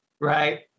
Right